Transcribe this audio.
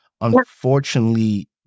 Unfortunately